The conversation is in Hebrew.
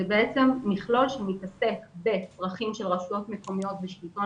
זה בעצם מכלול שמתעסק בצרכים של רשויות מקומיות ושלטון